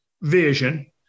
vision